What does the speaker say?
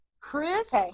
Chris